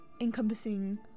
encompassing